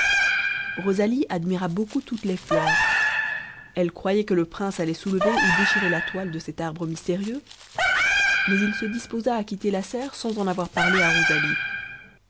rosalie admira beaucoup toutes les fleurs elle croyait que le prince allait soulever ou déchirer la toile de cet arbre mystérieux mais il se disposa à quitter la serre sans en avoir parlé à rosalie